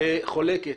חולקת.